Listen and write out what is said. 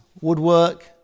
woodwork